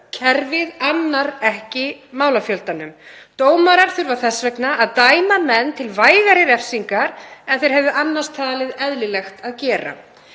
Kerfið annar ekki málafjöldanum. Dómarar þurfa þess vegna að dæma menn til vægari refsingar en þeir hefðu annars talið eðlilegt að gera.